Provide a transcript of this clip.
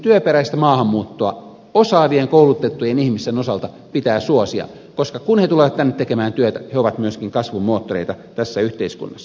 työperäistä maahanmuuttoa osaavien koulutettujen ihmisten osalta pitää suosia koska kun he tulevat tänne tekemään työtä he ovat myöskin kasvun moottoreita tässä yhteiskunnassa